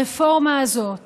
הרפורמה הזאת